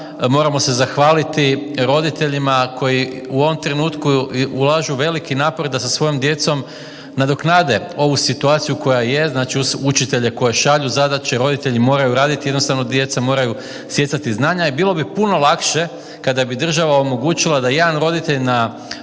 Moramo se zahvaliti roditeljima koji u ovom trenutku ulažu veliki napor da sa svojom djecom nadoknade ovu situaciju koja jest, učitelje koji šalju zadaće roditelji moraju raditi jer jednostavno djeca moraju stjecati znanja. I bilo bi puno lakše kada bi država omogućila da jedan roditelj na